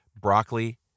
broccoli